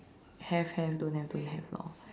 have have don't have don't have lor